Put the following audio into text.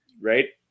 right